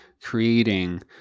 creating